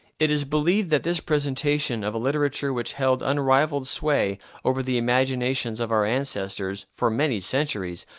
it is believed that this presentation of a literature which held unrivalled sway over the imaginations of our ancestors, for many centuries,